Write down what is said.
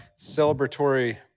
celebratory